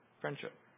friendship